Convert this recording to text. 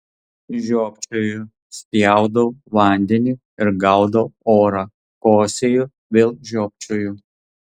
žiopčioju spjaudau vandenį ir gaudau orą kosėju vėl žiopčioju